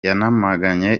yanamaganye